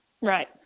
Right